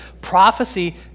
prophecy